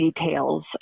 details